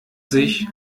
sich